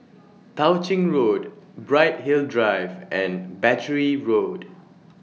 Tao Ching Road Bright Hill Drive and Battery Road